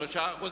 3%,